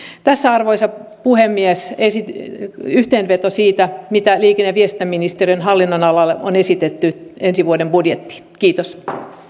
tässä arvoisa puhemies yhteenveto siitä mitä liikenne ja viestintäministeriön hallinnonalalle on esitetty ensi vuoden budjettiin kiitos pyydän